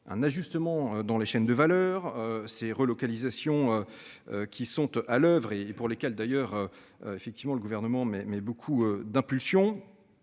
un ajustement dans les chaînes de valeur ces relocalisations. Qui sont à l'oeuvre et et pour lesquels d'ailleurs. Effectivement le gouvernement mais mais beaucoup d'impulsion.